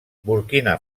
burkina